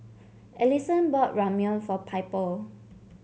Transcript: Alyson bought Ramyeon for Piper